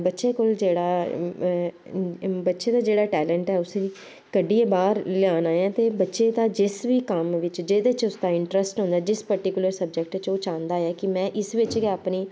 बच्चे कोल जेह्ड़ा बच्चे दा जेह्ड़ा टैलेंट ऐ उस्सी कड्ढियै बाह्र लेआना ऐ ते बच्चे दा जिस बी कम्म बिच्च जेह्दे च उसदा इंटरस्ट होऐ ना जिस पर्टीकुलर सब्जैक्ट च ओह् चांह्दा ऐ कि में इस बिच्च गै अपनी